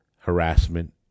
harassment